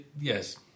Yes